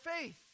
faith